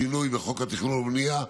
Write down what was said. שינוי בחוק התכנון והבנייה,